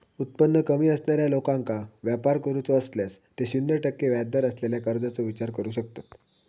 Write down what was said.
उत्पन्न कमी असणाऱ्या लोकांका व्यापार करूचो असल्यास ते शून्य टक्के व्याजदर असलेल्या कर्जाचो विचार करू शकतत